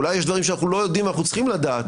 אולי יש דברים שאנחנו לא יודעים ואנחנו צריכים לדעת?